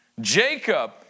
Jacob